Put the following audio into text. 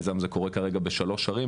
המיזם הזה קורה כרגע בשלוש ערים,